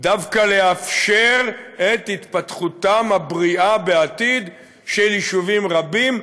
דווקא לאפשר את התפתחותם הבריאה בעתיד של יישובים רבים,